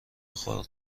بخار